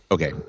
Okay